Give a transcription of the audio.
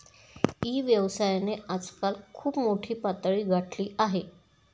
E व्यवसायाने आजकाल खूप मोठी पातळी गाठली आहे